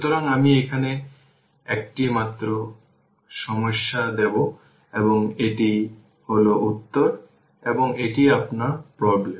সুতরাং আমি এখানে একটি মাত্র সমস্যা দেব এবং এটি হল উত্তর এবং এটি আপনার প্রব্লেম